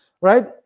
Right